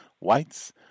whites